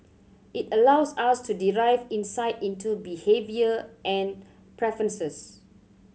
it allows us to derive insight into behaviour and preferences